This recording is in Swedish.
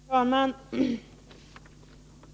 Herr talman!